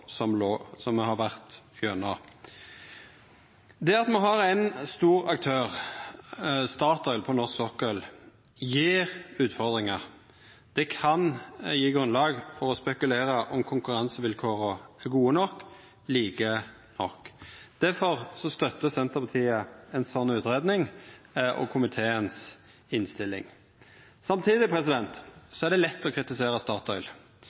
som har vore. Det at me har ein stor aktør, Statoil, på norsk sokkel, gjev utfordringar. Det kan gje grunnlag for å spekulera om konkurransevilkåra er gode nok og like nok. Difor støttar Senterpartiet ei sånn utgreiing og komiteens innstilling. Samtidig er det lett å kritisera